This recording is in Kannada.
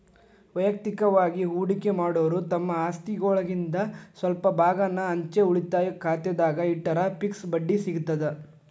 ವಯಕ್ತಿಕವಾಗಿ ಹೂಡಕಿ ಮಾಡೋರು ತಮ್ಮ ಆಸ್ತಿಒಳಗಿಂದ್ ಸ್ವಲ್ಪ ಭಾಗಾನ ಅಂಚೆ ಉಳಿತಾಯ ಖಾತೆದಾಗ ಇಟ್ಟರ ಫಿಕ್ಸ್ ಬಡ್ಡಿ ಸಿಗತದ